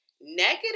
Negative